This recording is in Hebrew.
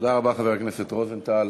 תודה רבה, חבר הכנסת רוזנטל.